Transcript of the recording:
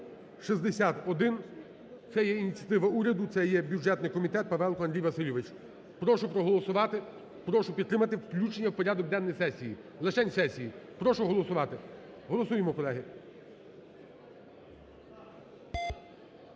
6161. Це є ініціатива уряду, це є бюджетний комітет, Павелко Андрій Васильович. Прошу проголосувати, прошу підтримати включення в порядок денний сесії, лишень сесії. Прошу голосувати. Голосуємо, колеги.